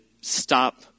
stop